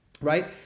right